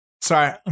Sorry